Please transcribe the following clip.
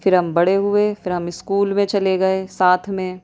پھر ہم بڑے ہوئے پھر ہم اسکول میں چلے گئے ساتھ میں